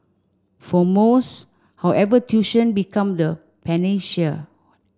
for most however tuition become the panacea